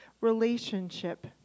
relationship